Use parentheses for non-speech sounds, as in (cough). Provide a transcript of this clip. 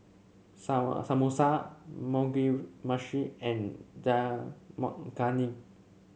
(unintelligible) Samosa Mugi Meshi and Dal Makhani